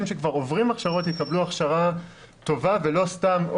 שכבר עוברים הכשרות יקבלו הכשרה טובה ולא סתם,